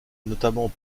notamment